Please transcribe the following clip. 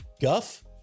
guff